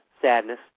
sadness